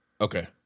Okay